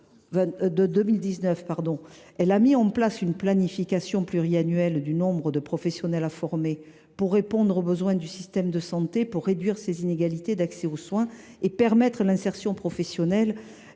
2019 a mis en place une planification pluriannuelle du nombre de professionnels à former pour répondre aux besoins du système de santé, réduire les inégalités d’accès aux soins et permettre l’insertion professionnelle